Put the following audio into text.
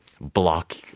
block